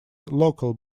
local